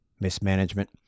Mismanagement